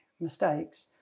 mistakes